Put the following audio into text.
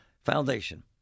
Foundation